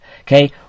Okay